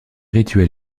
rituels